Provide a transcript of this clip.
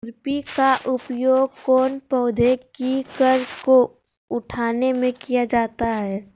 खुरपी का उपयोग कौन पौधे की कर को उठाने में किया जाता है?